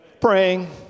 Praying